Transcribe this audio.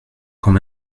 quand